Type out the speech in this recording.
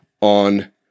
on